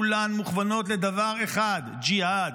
כולן מוכוונות לדבר אחד: ג'יהאד,